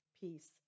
Peace